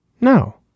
No